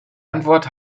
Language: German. antwort